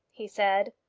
he said.